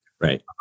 Right